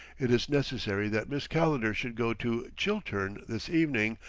it is necessary that miss calendar should go to chiltern this evening,